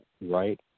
right